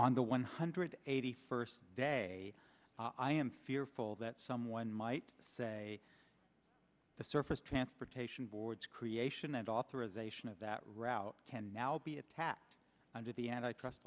on the one hundred eighty four de i am fearful that someone might say the surface transportation board creation and authorization of that route can now be attacked under the antitrust